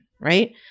right